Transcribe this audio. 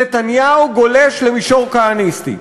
נתניהו גולש למישור כהניסטי.